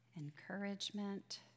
Encouragement